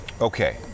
Okay